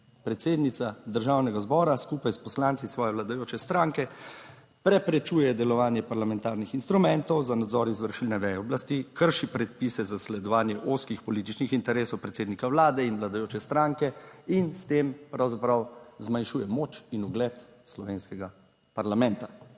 Predsednica Državnega zbora skupaj s poslanci svoje vladajoče stranke preprečuje delovanje parlamentarnih instrumentov za nadzor izvršilne veje oblasti, krši predpise, zasledovanje ozkih političnih interesov predsednika vlade in vladajoče stranke in s tem pravzaprav zmanjšuje moč in ugled slovenskega parlamenta.